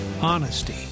honesty